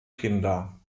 kinder